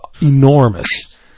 enormous